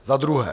Za druhé.